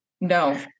No